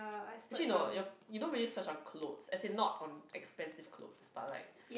actually no you don't really search on clothes as in not on expensive clothes but like